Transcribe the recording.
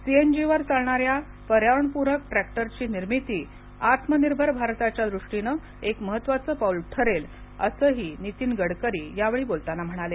सीएनजीवर चालणा या पर्यावरण पूरक ट्रॅक्टरची निर्मिती आत्मनिर्भर भारताच्या दृष्टीनं एक महत्त्वाचं पाऊल ठरेल असं नितीन गडकरी यावेळी बोलताना म्हणाले